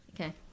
Okay